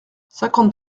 cinquante